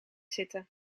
zitten